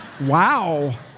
Wow